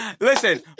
listen